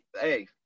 hey